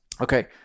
Okay